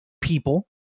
people